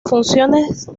funciones